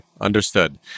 understood